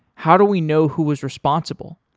how do we know who is responsible?